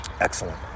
Excellent